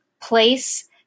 place